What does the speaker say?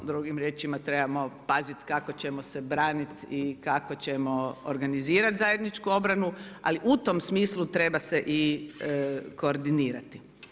Drugim riječima trebamo paziti kako ćemo se braniti i kako ćemo organizirati zajedničku obranu, ali u tom smislu treba se i koordinirati.